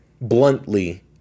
bluntly